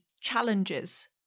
challenges